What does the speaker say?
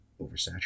oversaturated